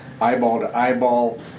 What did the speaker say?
eyeball-to-eyeball